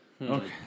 Okay